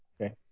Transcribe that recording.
Okay